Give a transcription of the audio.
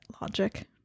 logic